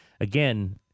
again